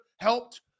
helped